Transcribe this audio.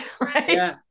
Right